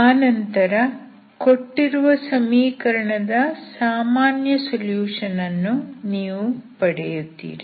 ಆನಂತರ ಕೊಟ್ಟಿರುವ ಸಮೀಕರಣದ ಸಾಮಾನ್ಯ ಸೊಲ್ಯೂಶನ್ ಅನ್ನು ನೀವು ಪಡೆಯುತ್ತೀರಿ